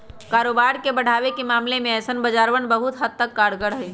कारोबार के बढ़ावे के मामले में ऐसन बाजारवन बहुत हद तक कारगर हई